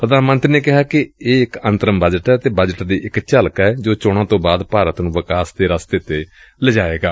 ਪ੍ਰਧਾਨ ਮੰਤਰੀ ਨੇ ਕਿਹਾ ਕਿ ਇਹ ਇਕ ਅੰਤਰਿਮ ਬਜਟ ਏ ਅਤੇ ਬਜਟ ਦੀ ਇਕ ਝਲਕ ਏ ਜੋ ਚੋਣਾਂ ਤੋਂ ਬਾਅਦ ਭਾਰਤ ਨੂੰ ਵਿਕਾਸ ਦੇ ਰਸਤੇ ਤੇ ਲਿਜਾਏਗਾ